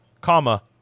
comma